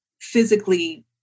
physically